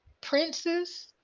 princes